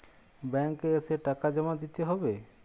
Bank এ এসে টাকা জমা দিতে হবে?